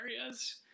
areas